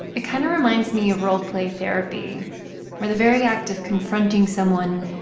it kind of reminds me of role play therapy where the very act of confronting someone,